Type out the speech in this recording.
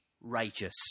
righteous